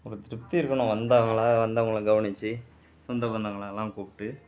ஒரு திருப்தி இருக்கணும் வந்தாங்களா வந்தவங்களை கவனிச்சு சொந்த பந்தங்களெல்லாம் கூப்பிட்டு